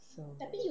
so